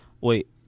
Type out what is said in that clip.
wait